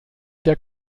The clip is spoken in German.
der